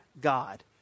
God